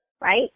Right